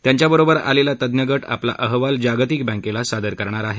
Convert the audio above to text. त्यांच्याबरोबर आलेला तज्ञ गट आपला अहवाल जागतिक बँकेला सादर करणार आहे